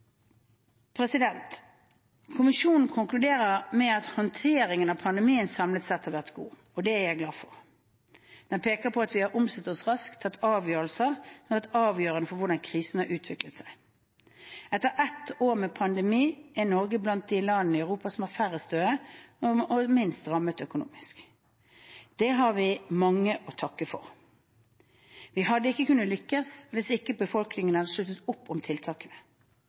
Kommisjonen konkluderer med at håndteringen av pandemien samlet sett har vært god. Det er jeg glad for. Den peker på at vi har omstilt oss raskt og tatt avgjørelser som har vært avgjørende for hvordan krisen har utviklet seg. Etter et år med pandemi er Norge blant de landene i Europa som har færrest døde, og som er minst rammet økonomisk. Det har vi mange å takke for. Vi hadde ikke kunnet lykkes hvis ikke befolkningen hadde sluttet opp om tiltakene.